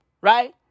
right